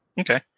Okay